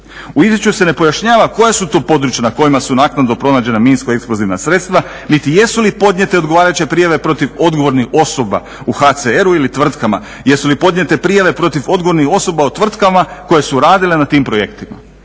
U izvješću se ne pojašnjava koja su to područja na kojima su naknadno pronađena minsko-eksplozivna sredstva niti jesu li podnijete odgovarajuće prijave protiv odgovornih osoba u HCR-u ili tvrtkama, jesu li podnijete prijave protiv odgovornih osoba u tvrtkama koje su radile na tim projektima.